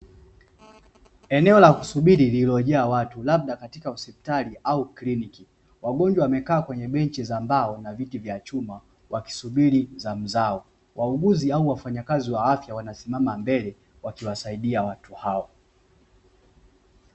Eneo la kusubiri lililojaa watu labda katika hospitali au kliniki, wagonjwa wamekaa kwenye benchi za mbao na viti vya chuma wakisubiri zamu zao. Wauguzi au wafanyakazi wa afya wanasimama mbele, wakiwasaidia watu hawa.